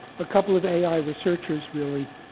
a couple of ai researchers, really,